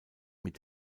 mit